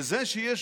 וזה שיש גם,